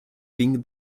think